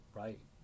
right